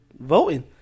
voting